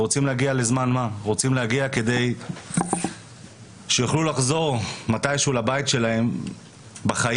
רוצים להגיע לזמן מה כדי שיוכלו לחזור מתישהו לבית שלהם בחיים.